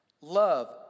love